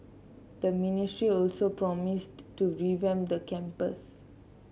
the ministry also promised to revamp the campus